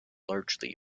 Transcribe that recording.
largely